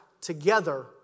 together